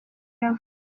yavutse